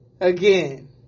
again